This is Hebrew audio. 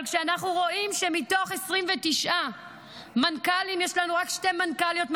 אבל כשאנחנו רואים שמתוך 29 מנכ"לים יש לנו רק שתי מנכ"ליות,